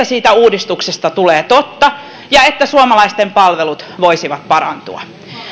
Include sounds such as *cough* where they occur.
*unintelligible* siitä uudistuksesta tulee totta ja jotta suomalaisten palvelut voisivat parantua